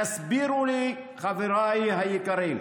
תסבירו לי, חבריי היקרים,